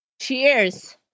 Cheers